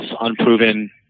unproven